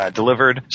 delivered